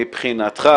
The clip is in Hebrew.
מבחינתך